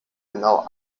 genau